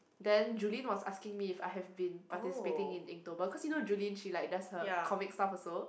then Julie was asking me if I have been participating in Inktober cause you know Julie she like does her comic stuff also